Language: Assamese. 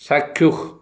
চাক্ষুষ